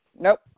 Nope